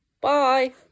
bye